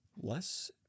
less